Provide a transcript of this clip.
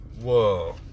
Whoa